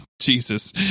Jesus